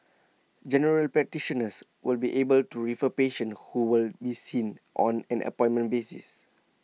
general practitioners will be able to refer patients who will be seen on an appointment basis